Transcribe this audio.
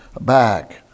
back